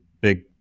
big